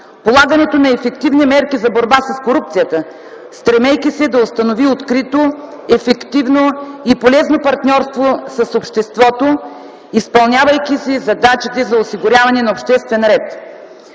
полагането на ефективни мерки за борба с корупцията, стремейки се да установи открито ефективно и полезно партньорство с обществото, изпълнявайки си задачите за осигуряване на обществен ред.